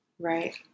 right